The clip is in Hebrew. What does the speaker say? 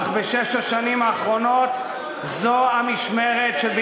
אך בשש השנים האחרונות זו המשמרת של,